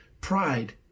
Pride